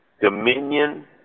dominion